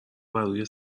بروی